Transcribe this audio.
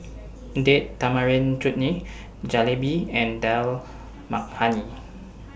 Date Tamarind Chutney Jalebi and Dal Makhani